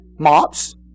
Mops